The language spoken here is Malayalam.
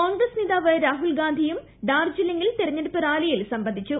കോൺഗ്രസ് നേതാവ് രാഹുൽ ഗാന്ധിയും ഡാർജിലിംഗിൽ തെരഞ്ഞെടുപ്പ് റാലിയിൽ സംബന്ധിച്ചു